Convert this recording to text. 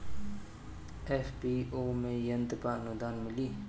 FPO में यंत्र पर आनुदान मिँली?